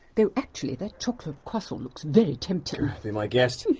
though actually that chocolate croissant looks very tempting. be my guest.